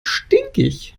stinkig